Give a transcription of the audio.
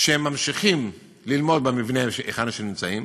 שהם ממשיכים ללמוד במבנה שבו הם נמצאים.